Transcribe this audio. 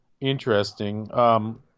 interesting